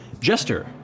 Jester